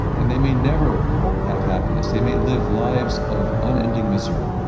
and they may never have happiness they may live lives of unending misery.